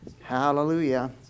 Hallelujah